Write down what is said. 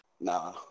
Nah